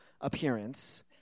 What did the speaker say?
appearance